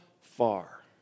far